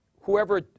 whoever